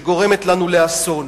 שגורמת לנו לאסון.